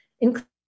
including